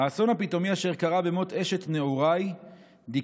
"האסון הפתאומי אשר קרה במות אשת נעוריי דיכא